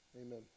Amen